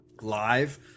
live